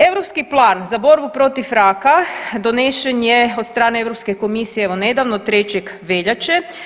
Europski plan za borbu protiv raka donesen je od strane Europske komisije evo nedavno 3. veljače.